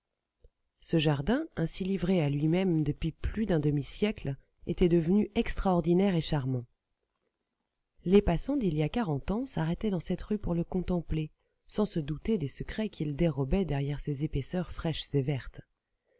ce jardin ainsi livré à lui-même depuis plus d'un demi-siècle était devenu extraordinaire et charmant les passant d'il y a quarante ans s'arrêtaient dans cette rue pour le contempler sans se douter des secrets qu'il dérobait derrière ses épaisseurs fraîches